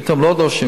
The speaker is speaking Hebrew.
פתאום לא דורשים,